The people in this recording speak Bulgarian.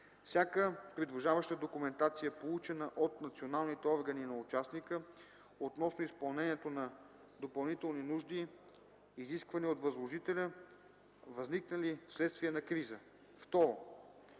всяка придружаваща документация, получена от националните органи на участника относно изпълнението на допълнителни нужди, изисквани от възложителя, възникнали вследствие на криза;